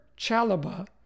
Chalaba